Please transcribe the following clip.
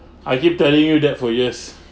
I keep telling you that for years